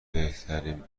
بهترین